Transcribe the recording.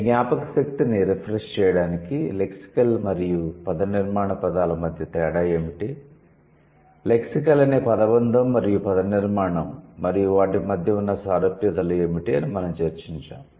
మీ జ్ఞాపకశక్తిని రిఫ్రెష్ చేయడానికి లెక్సికల్ మరియు పదనిర్మాణ పదాల మధ్య తేడా ఏమిటి లెక్సికల్ అనే పదబంధం మరియు పదనిర్మాణం మరియు వాటి మధ్య ఉన్న సారూప్యతలు ఏమిటి అని మనం చర్చించాము